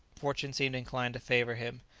fortune seemed inclined to favour him.